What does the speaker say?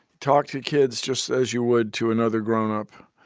talk to kids just as you would to another grown-up.